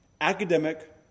academic